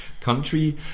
country